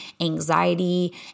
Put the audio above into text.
anxiety